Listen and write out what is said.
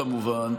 כמובן,